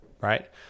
Right